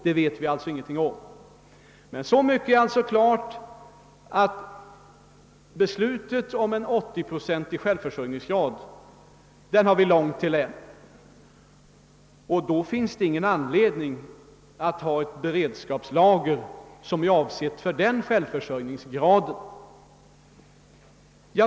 Det vet vi alltså ingenting om ännu, men så mycket är klart att vi har långt till målet — en 80-procentig självförsörjningsgrad. Då finns det heller ingen anledning att hålla beredskapslager som är avsedda för den självförsörjningsgraden.